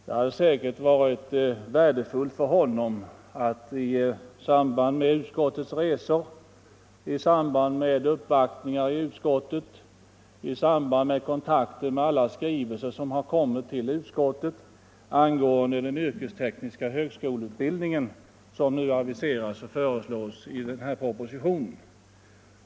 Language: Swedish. Det hade säkerligen varit värdefullt för honom att delta i utskottets resor, att närvara vid uppvaktningar i utskottet samt att studera alla skrivelser som har kommit till utskottet angående den yrkestekniska högskoleutbildning som nu föreslås i propositionen.